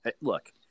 look